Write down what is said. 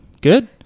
Good